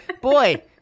boy